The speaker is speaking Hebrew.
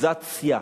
דמוניזציה.